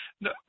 No